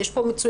יש פה הישגיות,